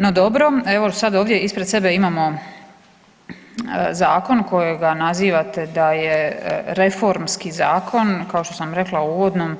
No dobro, evo sad ovdje ispred sebe imamo zakon kojega nazivate da je reformski zakon, kao što sam rekla u uvodnom